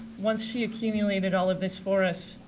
once she accumulated all of this for us,